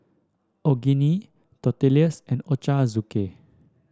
Onigiri Tortillas and Ochazuke